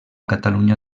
catalunya